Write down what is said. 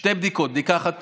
שתי בדיקות, בדיקה אחת